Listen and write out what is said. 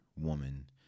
woman